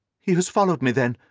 he has followed me, then.